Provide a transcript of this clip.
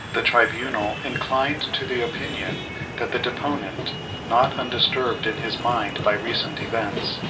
the tribunal inclined to the opinion that the deponent, not undisturbed in his mind by recent events,